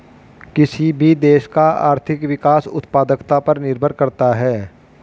किसी भी देश का आर्थिक विकास उत्पादकता पर निर्भर करता हैं